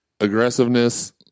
aggressiveness